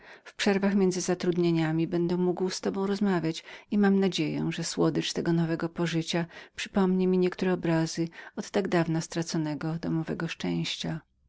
w przerwach między zatrudnieniami będę mógł z tobą rozmawiać i mam nadzieję że słodycz tego nowego pożycia przypomni mi niektóre obrazy od tak dawna straconego domowego szczęścia